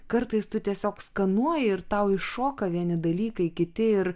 kartais tu tiesiog skanuoji ir tau iššoka vieni dalykai kiti ir